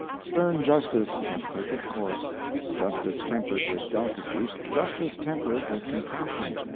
stern justice must take its course justice tempered with delicacy, justice tempered with compassion,